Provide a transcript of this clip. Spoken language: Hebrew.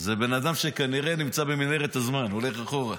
זה בן אדם שכנראה נמצא במנהרת הזמן, הולך אחורה.